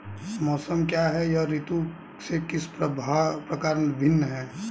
मौसम क्या है यह ऋतु से किस प्रकार भिन्न है?